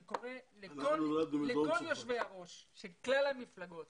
אני קורא לכל יושבי הראש של כלל המפלגות